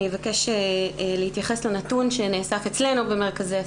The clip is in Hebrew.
אני מבקשת להתייחס לנתון שנאסף אצלנו במרכזי הסיוע.